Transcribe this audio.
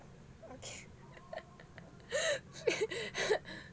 oka~